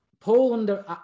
Poland